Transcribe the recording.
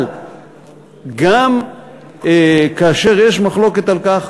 אבל גם כאשר יש מחלוקת על כך,